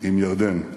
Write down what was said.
עם ירדן.